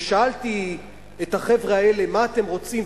ושאלתי את החבר'ה האלה: מה אתם רוצים?